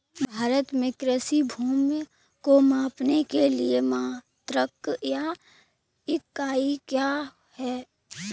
भारत में कृषि भूमि को मापने के लिए मात्रक या इकाई क्या है?